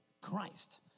Christ